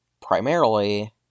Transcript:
...primarily